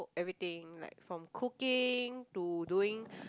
everything like from cooking to doing